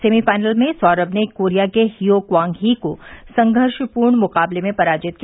semifinal में सौरम ने कोरिया के हियो क्वांग ही को संघर्षपूर्ण मुकाबले में पराजित किया